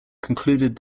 concluded